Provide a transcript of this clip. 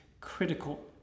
critical